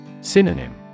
Synonym